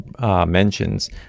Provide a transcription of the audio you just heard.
mentions